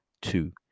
two